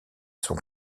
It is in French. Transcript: son